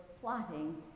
plotting